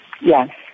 Yes